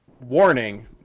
warning